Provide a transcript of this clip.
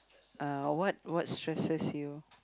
uh what what stresses you